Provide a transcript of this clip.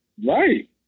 Right